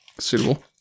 suitable